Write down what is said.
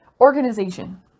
organization